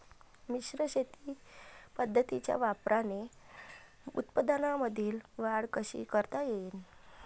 मिश्र शेती पद्धतीच्या वापराने उत्पन्नामंदी वाढ कशी करता येईन?